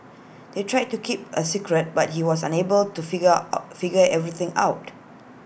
they tried to keep A secret but he was unable to figure out figure everything out